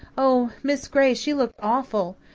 oh, miss gray, she looked awful.